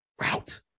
Route